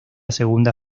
segunda